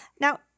Now